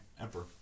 emperor